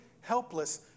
helpless